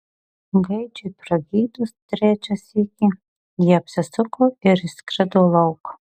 gaidžiui pragydus trečią sykį ji apsisuko ir išskrido lauk